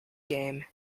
game